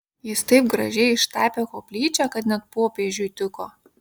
jis taip gražiai ištapė koplyčią kad net popiežiui tiko